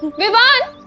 vivaan